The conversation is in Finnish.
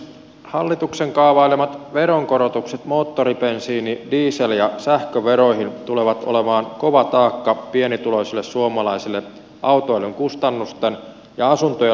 hallituksen kaavailemat veronkorotukset moottoribensiini diesel ja sähköveroihin tulevat olemaan kova taakka pienituloisille suomalaisille autoilun kustannusten ja asuntojen lämmityskustannusten noustessa